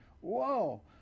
whoa